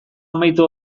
amaitu